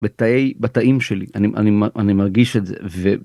בתאים שלי, אני מרגיש את זה. ו...